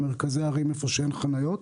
בטח במרכזי ערים שאין חניות.